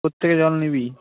কোত্থেকে জল নিবি